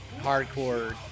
hardcore